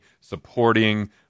supporting